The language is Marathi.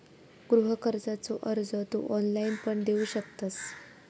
गृह कर्जाचो अर्ज तू ऑनलाईण पण देऊ शकतंस